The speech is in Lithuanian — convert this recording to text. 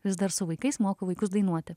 vis dar su vaikais moko vaikus dainuoti